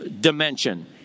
dimension